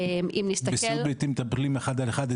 אם נסתכל --- בסיעוד בייתי מטפלים אחד על אחד,